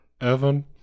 Evan